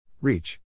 Reach